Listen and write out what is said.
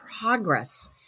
progress